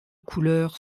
couleur